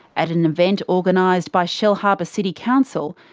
at an event organised by shellharbour city council,